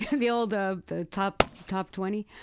the old, ah the top top twenty?